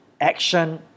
action